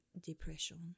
depression